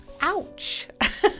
Ouch